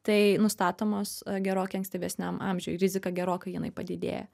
tai nustatomos gerokai ankstyvesniam amžiuj rizika gerokai jinai padidėja